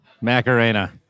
Macarena